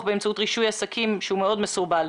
באמצעות חוק רישוי עסקים שהוא מאוד מסורבל.